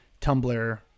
Tumblr